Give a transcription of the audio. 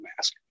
mask